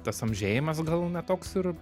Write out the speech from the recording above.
tas amžėjimas gal ne toks ir